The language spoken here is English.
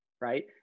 Right